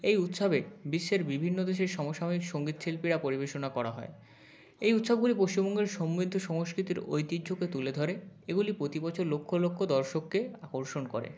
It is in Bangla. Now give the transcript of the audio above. এই উৎসবে বিশ্বের বিভিন্ন দেশের সমসাময়িক সঙ্গীত শিল্পীরা পরিবেশনা করা হয় এই উৎসবগুলি পশ্চিমবঙ্গের সমৃদ্ধ সংস্কৃতির ঐতিহ্যকে তুলে ধরে এগুলি প্রতিবছর লক্ষ লক্ষ দর্শককে আকর্ষণ করে